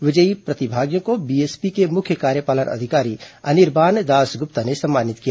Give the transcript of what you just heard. विजयी प्रतिभागियों को बीएसपी के मुख्य कार्यपालन अधिकारी अनिर्बान दासगप्ता ने सम्मानित किया